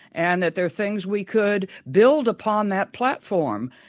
and that there are things we could build upon that platform.